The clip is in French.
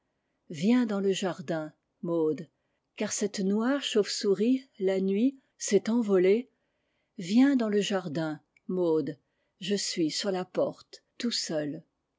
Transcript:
viens dans le jardin maud car cette noire chauve-souris la nuit s'est envolée viens dans le jardin maud je suis sur la porte tout seul